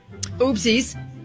Oopsies